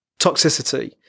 toxicity